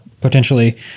potentially